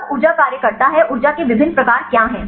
तब ऊर्जा कार्य करता है ऊर्जा के विभिन्न प्रकार क्या हैं